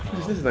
um